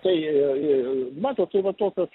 tai ee matot tai va tokios